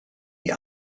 die